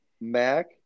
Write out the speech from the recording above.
Mac